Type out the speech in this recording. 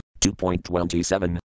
2.27